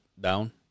Down